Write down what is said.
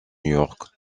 york